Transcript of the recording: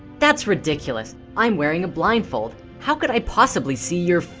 that's ridiculous. i'm wearing a blindfold. how could i possibly see your?